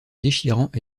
déchirant